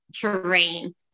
terrain